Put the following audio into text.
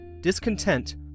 discontent